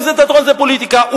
אם תיאטרון זה פוליטיקה?